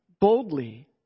boldly